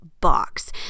box